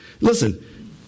Listen